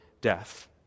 death